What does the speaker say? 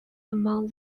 among